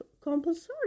Compulsory